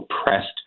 oppressed